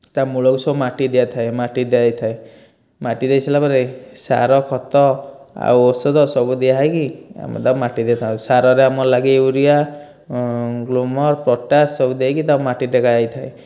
ତା ମୂଳକୁ ସବୁ ମାଟି ଦିଆ ହୋଇଥାଏ ମାଟି ଦିଆ ହୋଇଥାଏ ମାଟି ଦେଇ ସାରିଲା ପରେ ସାର ଖତ ଆଉ ଔଷଧ ସବୁ ଦିଆ ହେଇକି ଆମେ ତାକୁ ମାଟି ଦେଇ ଥାଉ ସାରରେ ଆମର ଲାଗେ ୟୁରିଆ ଗ୍ରୋମର ପଟାସ ସବୁ ଦେଇକି ତାପରେ ମାଟି ଟେକା ହୋଇଥାଏ